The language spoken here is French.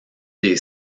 des